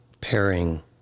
pairing